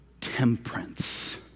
temperance